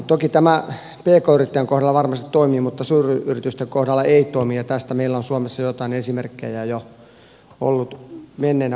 toki tämä pk yrittäjän kohdalla varmasti toimii mutta suuryritysten kohdalla ei toimi ja tästä meillä on suomessa joitain esimerkkejä jo ollut menneinä vuosina